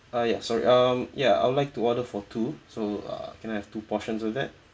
uh ya sorry um ya I would like to order for two so uh can I have two portions of that